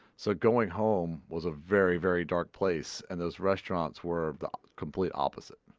so going home was a very, very dark place. and those restaurants were the complete opposite